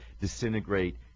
disintegrate